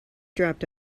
dropped